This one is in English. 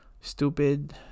stupid